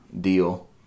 deal